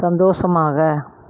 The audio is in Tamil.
சந்தோஷமாக